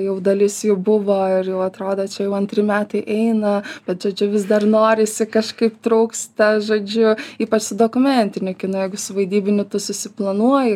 jau dalis jų buvo ir jau atrodo čia jau antri metai eina bet žodžiu vis dar norisi kažkaip trūksta žodžiu ypač su dokumentiniu kinu jeigu su vaidybiniu tu susiplanuoji